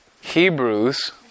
Hebrews